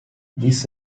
this